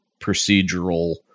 procedural